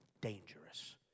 dangerous